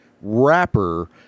wrapper